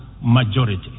majority